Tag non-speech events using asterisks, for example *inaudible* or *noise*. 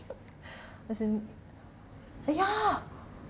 *breath* as in ya *breath*